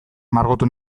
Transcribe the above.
margotu